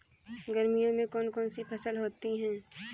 गर्मियों में कौन कौन सी फसल होती है?